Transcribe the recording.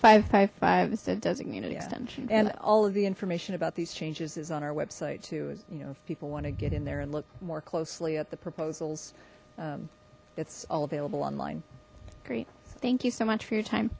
five five five said designated attention and all of the information about these changes is on our website you know if people want to get in there and look more closely at the proposals it's all available online great thank you so much for your time